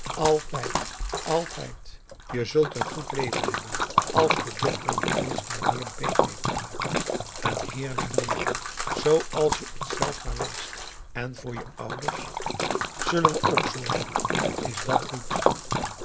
altijd altijd je zult een goed leven hebben als de dokter je eerst maar weer beter heeft gemaakt een heerlijk leven zoo als je het zelf maar wenscht en voor je ouders augusta de wit orpheus in de dessa zullen we ook zorgen is dat goed